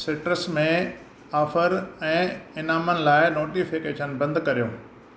citrus में offer ऐं इनामनि लाइ नोटिफिकेशन बंदि कयो